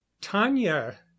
tanya